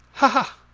ha!